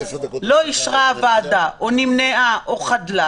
לא אישרה הועדה או נמנעה או חדלה